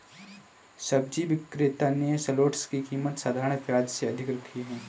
सब्जी विक्रेता ने शलोट्स की कीमत साधारण प्याज से अधिक रखी है